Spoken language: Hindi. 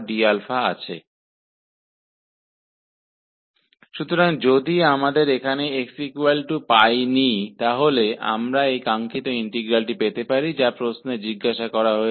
यदि हम यहाँ xπ लेते हैं तो हम प्रश्न में पूछे गए अभीष्ट इंटीग्रल का मान प्राप्त प्राप्त कर सकते हैं